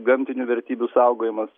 gamtinių vertybių saugojimas